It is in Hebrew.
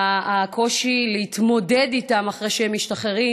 הקושי להתמודד איתם אחרי שהם משתחררים